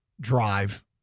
drive